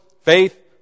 faith